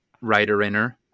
writer-inner